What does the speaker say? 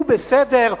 הוא בסדר,